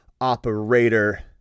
operator